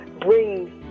bring